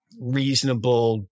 reasonable